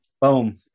Boom